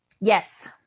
Yes